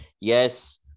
Yes